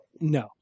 No